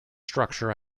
structure